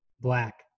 black